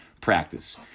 practice